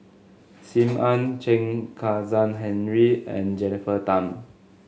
Sim Ann Chen Kezhan Henri and Jennifer Tham